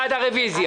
הרשות הארצית.